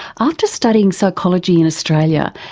after studying psychology in australia,